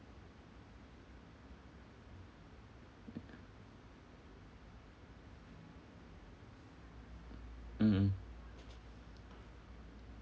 mm mm